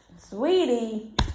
Sweetie